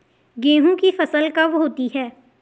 गेहूँ की फसल कब होती है?